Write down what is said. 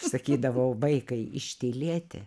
sakydavau vaikai ištylėti